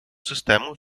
систему